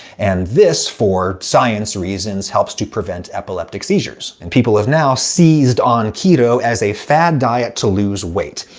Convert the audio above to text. and this, for science reasons, helps to prevent epileptic seizures. and people have now seized on keto as a fad diet to lose weight.